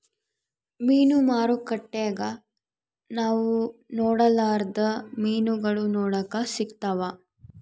ಮೀನು ಮಾರುಕಟ್ಟೆಗ ನಾವು ನೊಡರ್ಲಾದ ಮೀನುಗಳು ನೋಡಕ ಸಿಕ್ತವಾ